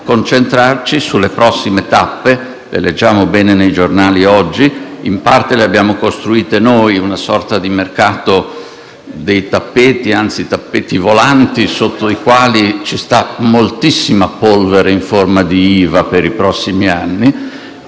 concentrarci sulle prossime tappe. Le leggiamo bene nei giornali oggi e, in parte, le abbiamo costruite noi: una sorta di mercato dei tappeti, anzi tappeti volanti, sotto i quali c'è moltissima polvere in forma di IVA per i prossimi anni.